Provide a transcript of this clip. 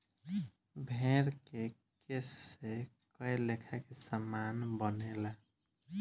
भेड़ के केश से कए लेखा के सामान बनेला